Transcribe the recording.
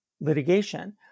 litigation